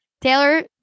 Taylor